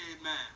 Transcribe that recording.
amen